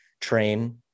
train